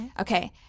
Okay